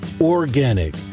organic